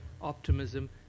optimism